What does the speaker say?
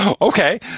Okay